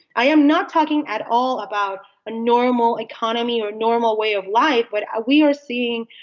i am not talking at all about a normal economy or normal way of life. what ah we are seeing,